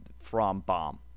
from-bomb